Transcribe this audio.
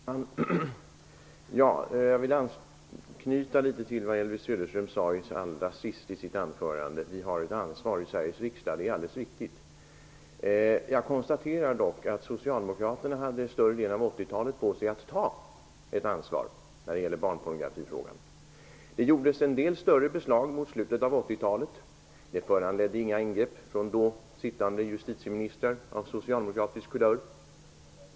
Herr talman! Jag vill anknyta till det Elvy Söderström sade allra sist i sitt anförande om att vi har ett ansvar i Sveriges riksdag. Det är alldeles riktigt. Jag konstaterar dock att socialdemokraterna hade större delen av 80-talet på sig att ta ansvar när det gäller barnpornografifrågan. Det gjordes en del större beslag mot slutet av 80 talet. Det föranledde inga ingrepp från då sittande justitieministrar av socialdemokratisk kulör.